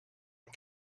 and